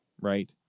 right